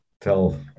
tell